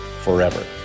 forever